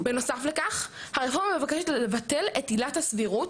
בנוסף לכך הרפורמה מבקשת לבטל את עילת הסבירות,